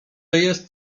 jest